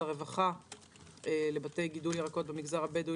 הרווחה לבתי גידול ירקות במגזר הבדואי,